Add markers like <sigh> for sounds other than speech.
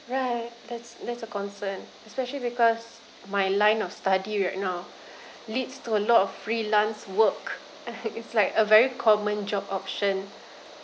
right that's that's a concern especially because my line of study right now leads to a lot of freelance work <laughs> it's like a very common job option